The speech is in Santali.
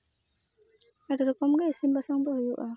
ᱟᱹᱰᱤ ᱨᱚᱠᱚᱢ ᱜᱮ ᱤᱥᱤᱱ ᱵᱟᱥᱟᱝ ᱫᱚ ᱦᱩᱭᱩᱜᱼᱟ